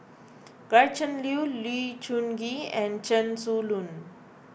Gretchen Liu Lee Choon Kee and Chen Su Lan